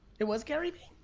it was gary